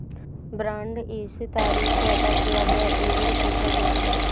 bond issue तारीख को अदा किया गया यील्ड कूपन रेट है